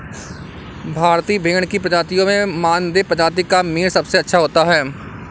भारतीय भेड़ की प्रजातियों में मानदेय प्रजाति का मीट सबसे अच्छा होता है